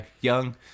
Young